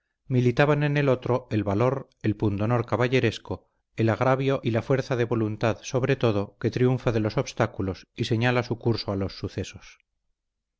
militaban en el otro el valor el pundonor caballeresco el agravio y la fuerza de voluntad sobre todo que triunfa de los obstáculos y señala su curso a los sucesos